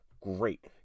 great